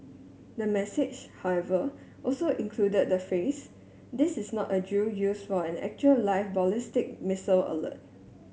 the message however also included the phrase this is not a drill used for an actual live ballistic missile alert